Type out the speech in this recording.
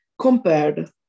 compared